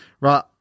Right